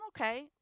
okay